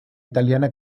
italiana